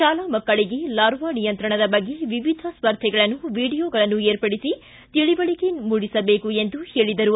ಶಾಲಾ ಮಕ್ಕಳಿಗೆ ಲಾರ್ವಾ ನಿಯಂತ್ರಣದ ಬಗ್ಗೆ ವಿವಿಧ ಸ್ಪರ್ಧೆಗಳನ್ನು ವೀಡಿಯೋಗಳನ್ನು ಏರ್ಪಡಿಸಿ ತಿಳುವಳಿಕೆ ಮೂಡಿಸಬೇಕು ಎಂದು ಹೇಳಿದರು